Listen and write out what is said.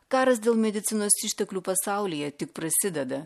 karas dėl medicinos išteklių pasaulyje tik prasideda